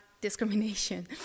discrimination